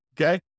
Okay